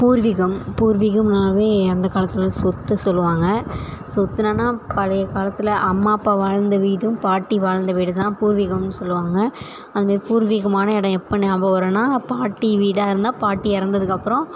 பூர்வீகம் பூர்வீகம்னாலே அந்த காலத்தில் சொத்து சொல்லுவாங்க சொத்துனன்னால் பழைய காலத்தில் அம்மா அப்பா வாழ்ந்த வீடும் பாட்டி வாழ்ந்த வீடும் தான் பூர்வீகமுன்னு சொல்லுவாங்க அங்கே பூர்வீகமான இடம் எப்போ ஞாபகம் வரும்னா பாட்டி வீடாக இருந்தால் பாட்டி இறந்ததுக்கு அப்புறம்